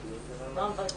רואים אותנו?